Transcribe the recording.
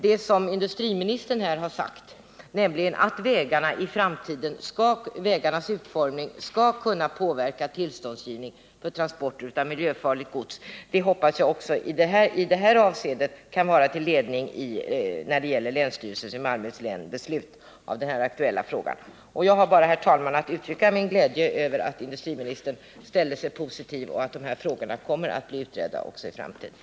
Det som industriministern här har sagt, nämligen att vägarnas utformning i framtiden skall kunna påverka tillståndsgivningen när det gäller transporter av miljöfarligt gods, hoppas jag också kan bli till ledning för länsstyrelsens i Malmöhus län beslut i det aktuella läget. Jag har, herr talman, bara att uttrycka min glädje över att industriministern ställer sig positiv och att dessa frågor kommer att bli utredda.